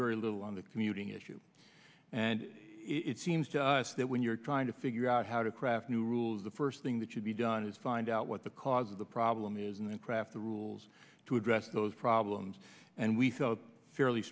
very little on the commuting issue and it seems to us that when you're trying to figure out how to craft new rules the first thing that should be done is find out what the cause of the problem is and then craft the rules to address those problems and we felt fairly